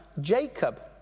Jacob